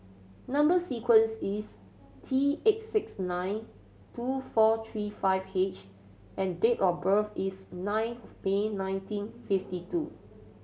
number sequence is T eight six nine two four three five H and date of birth is nine of May nineteen fifty two